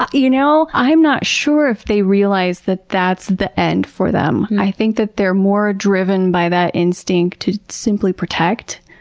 you know, i'm not sure if they realize that that's the end for them. i think that they're more driven by that instinct to simply protect.